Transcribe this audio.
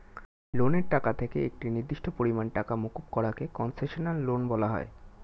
লোনের টাকা থেকে একটি নির্দিষ্ট পরিমাণ টাকা মুকুব করা কে কন্সেশনাল লোন বলা হয়